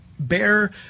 Bear